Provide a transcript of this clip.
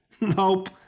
Nope